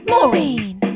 Maureen